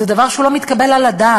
זה דבר שהוא לא מתקבל על הדעת